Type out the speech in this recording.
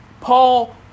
Paul